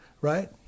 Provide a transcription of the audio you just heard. Right